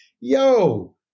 yo